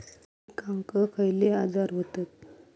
पिकांक खयले आजार व्हतत?